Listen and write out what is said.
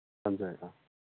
ꯊꯝꯖꯔꯒꯦ